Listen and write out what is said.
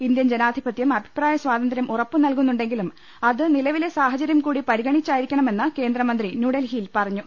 Indian ജനാധിപത്യം അഭിപ്രായ സ്വാതന്ത്ര്യം ഉറപ്പ് നൽകുന്നുണ്ടെങ്കിലും അത് നിലവിലെ സാഹചര്യം കൂടി പരിഗണിച്ചായിരിക്കണ്മെന്ന് കേന്ദ്രമന്ത്രി ന്യൂഡൽഹിയിൽ പറ ഞ്ഞു